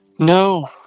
No